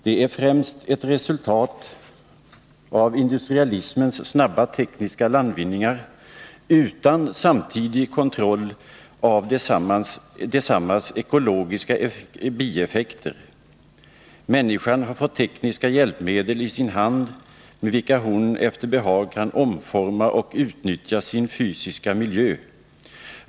Detta är främst ett resultat av industrialismens snabba tekniska landvinningar — utan samtidig kontroll av desammas ekologiska bieffekter. Människan har fått tekniska hjälpmedel i sin hand, med vilka hon efter behag kan omforma och utnyttja sin fysiska miljö.